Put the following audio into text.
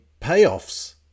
payoffs